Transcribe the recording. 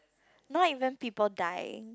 not even people dying